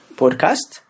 Podcast